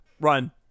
Run